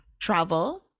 travel